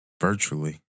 virtually